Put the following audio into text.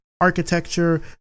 architecture